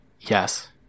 Yes